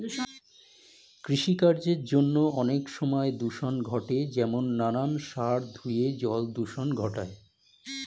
কৃষিকার্যের জন্য অনেক সময় দূষণ ঘটে যেমন নানান সার ধুয়ে জল দূষণ ঘটায়